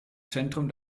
zentrum